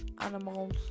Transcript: animals